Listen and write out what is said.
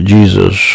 Jesus